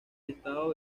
estado